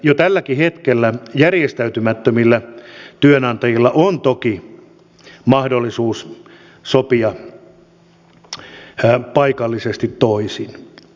jo tälläkin hetkellä järjestäytymättömillä työnantajilla on toki mahdollisuus sopia paikallisesti toisin